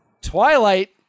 Twilight